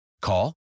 Call